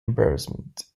embarrassment